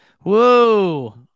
whoa